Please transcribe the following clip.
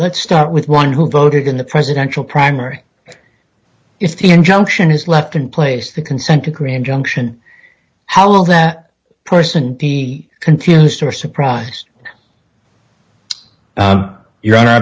let's start with one who voted in the presidential primary if the injunction is left in place the consent decree injunction how will that person be confused or surprise your honor i